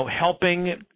helping